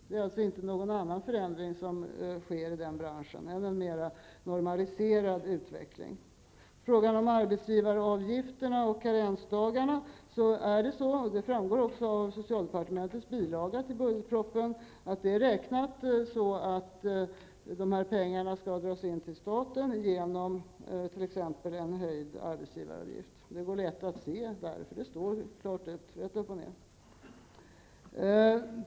Det är alltså inte någon annan förändring som sker i den branschen än en mer normaliserad utveckling. På frågan om arbetsgivaravgifterna och karensdagarna vill jag svara att de här pengarna -- vilket framgår av socialdepartementets bilaga till budgetpropositionen -- skall dras in till staten genom t.ex. en höjd arbetsgivaravgift. Det går lätt att se i bilagan. Det står klart uttryckt, rätt upp och ner.